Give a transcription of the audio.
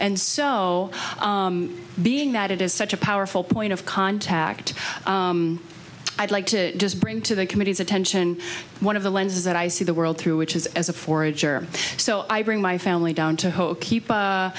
and so being that it is such a powerful point of contact i'd like to just bring to the committee's attention one of the lenses that i see the world through which is as a forage or so i bring my family down to keep a